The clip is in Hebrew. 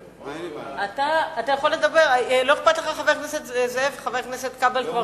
לא אכפת לך שחבר הכנסת ידבר כי הוא כבר כאן?